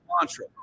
mantra